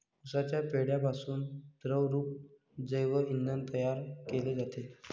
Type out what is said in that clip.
उसाच्या पेंढ्यापासून द्रवरूप जैव इंधन तयार केले जाते